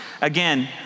Again